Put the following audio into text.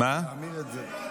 לוועדה.